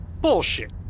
Bullshit